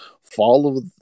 Follow